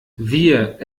wir